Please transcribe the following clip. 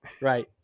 Right